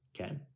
okay